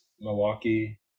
Milwaukee